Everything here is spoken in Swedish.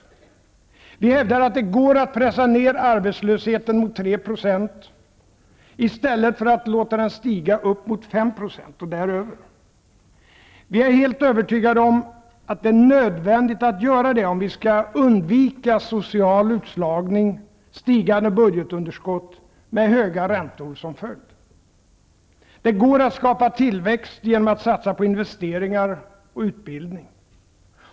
Vi hävdar att det går att pressa ned arbetslösheten mot 3 %, i stället för att låta den stiga upp mot 5 % och däröver. Vi är helt övertygade om att det är nödvändigt att göra det, om vi skall undvika social utslagning och stigande budgetunderskott, med höga räntor som följd. Det går att skapa tillväxt genom att satsa på investeringar och utbildning.